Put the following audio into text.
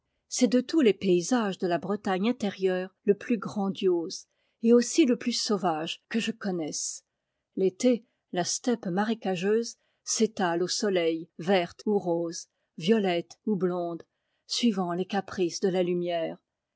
c'est de tous les paysages de la bretagne intérieure le plus grandiose et aussi le plus sauvage que je connaisse l'été la steppe marécageuse s'étale au soleil verte ou rose violette ou blonde suivant les caprices de la lumière